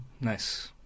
nice